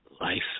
Life